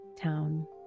town